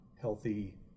healthy